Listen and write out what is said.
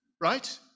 Right